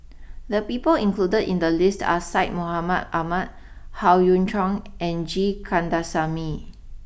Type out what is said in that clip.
the people included in the list are Syed Mohamed Ahmed Howe Yoon Chong and G Kandasamy